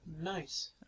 nice